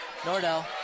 Nordell